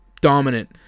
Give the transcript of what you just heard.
dominant